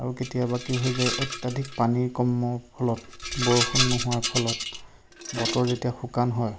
আৰু কেতিয়াবা কি হৈ যায় অত্যাধিক পানী কম হোৱাৰ ফলত বৰষুণ নোহোৱাৰ ফলত বতৰ যেতিয়া শুকান হয়